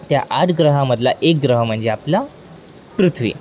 त्या आठ ग्रहामधला एक ग्रह म्हणजे आपला पृथ्वी